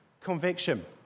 conviction